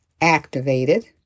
activated